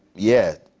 yeah,